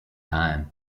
time